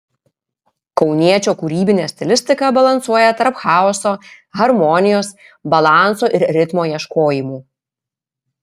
kauniečio kūrybinė stilistika balansuoja tarp chaoso harmonijos balanso ir ritmo ieškojimų